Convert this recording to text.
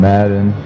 Madden